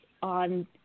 on